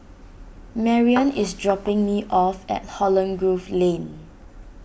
Marianne is dropping me off at Holland Grove Lane